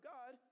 God